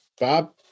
Bob